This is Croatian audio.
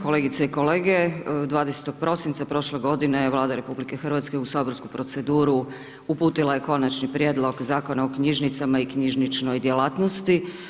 Kolegice i kolege, 20. prosinca prošle godine je Vlada RH u saborsku proceduru uputila je Konačni prijedlog Zakona o knjižnicama i knjižničnoj djelatnosti.